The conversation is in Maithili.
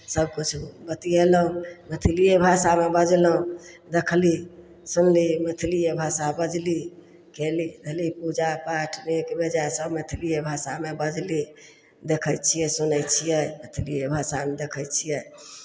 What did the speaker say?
सभकिछु बतिएलहुँ मैथिलिए भाषामे बजलहुँ देखली सुनली मैथिलिए भाषा बजली खयली धयली पूजा पाठ नीक बेजाय सभ मैथिलिए भाषामे बजली देखै छियै सुनै छियै मैथिलिए भाषामे देखै छियै